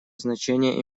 значение